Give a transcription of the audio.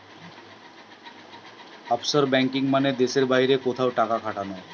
offshore banking মানে দেশের বাইরে কোথাও টাকা খাটানো